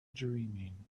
dreaming